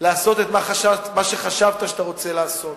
לעשות את מה שחשבת שאתה רוצה לעשות